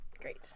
Great